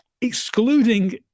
excluding